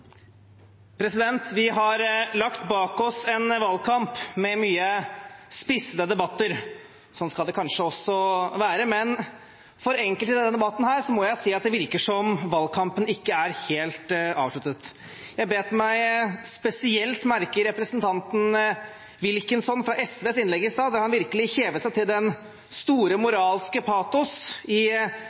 Vi har lagt bak oss en valgkamp med mange spissede debatter – sånn skal det kanskje også være. Men for enkelte i denne debatten må jeg si det virker som om valgkampen ikke er helt avsluttet. Jeg bet meg spesielt merke i innlegget til representanten Wilkinson fra SV, som med stor moralsk patos virkelig var indignert over regjeringens angivelige kutt i